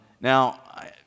Now